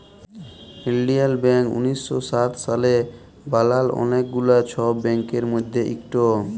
ইলডিয়াল ব্যাংক উনিশ শ সাত সালে বালাল অলেক গুলা ছব ব্যাংকের মধ্যে ইকট